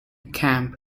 camp